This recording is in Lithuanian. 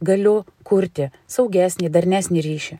galiu kurti saugesnį darnesnį ryšį